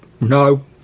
no